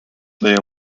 layer